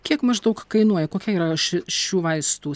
kiek maždaug kainuoja kokia yra ši šių vaistų